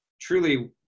truly